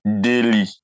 daily